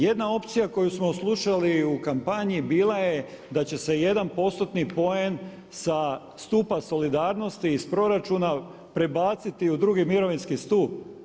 Jedna opcija koju smo slušali u kampanji bila je da će se jedan postotni poen sa stupa solidarnosti iz proračuna prebaciti u drugi mirovinski stup.